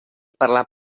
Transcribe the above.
parlar